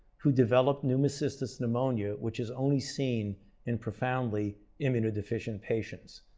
who developed pneumocystis pneumonia which is only seen in profoundly immunodeficient patients.